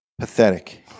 Pathetic